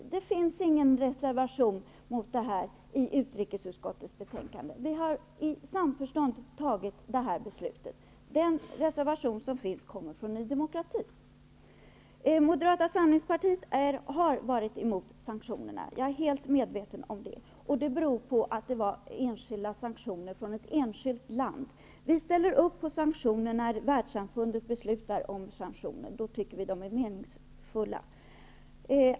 Socialdemokraterna har ingen reservation till utrikesutskottets betänkande. Vi har i samförstånd fattat det här beslutet. Den reservation som finns kommer från Ny demokrati. Moderata samlingspartiet har varit emot sanktionerna. Jag är helt medveten om det. Anledningen var att det var fråga om enskilda sanktioner från ett enskilt land. Vi ställer upp på sanktioner när världssamfundet beslutar om sanktioner. Då tycker vi att de är meningsfulla.